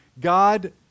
God